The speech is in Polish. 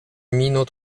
minut